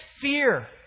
fear